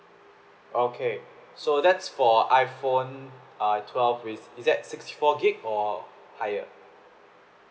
okay so that's for iphone uh twelve with is that sixty four gig or higher